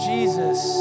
Jesus